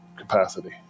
capacity